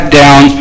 down